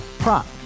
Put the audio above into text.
Prop